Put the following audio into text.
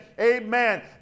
Amen